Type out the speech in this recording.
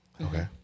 Okay